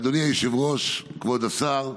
אדוני היושב-ראש, כבוד השר,